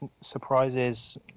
surprises